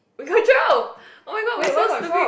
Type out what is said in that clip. we got twelve oh my god we're so stupid